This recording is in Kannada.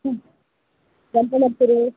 ಹ್ಞು